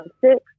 six